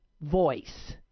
voice